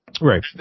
right